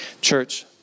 Church